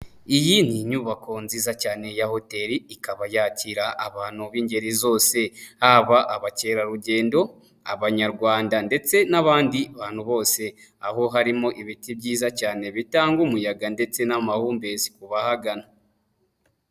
Iyi ni inyubako nziza cyane ya hoteli, ikaba yakira abantu b'ingeri zose, haba abakerarugendo, abanyarwanda ndetse n'abandi bantu bose, aho harimo ibiti byiza cyane bitanga umuyaga ndetse n'amahumbezi ku bahagana.